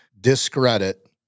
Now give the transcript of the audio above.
discredit